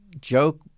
joke